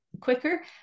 quicker